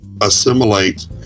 assimilate